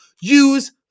use